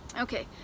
okay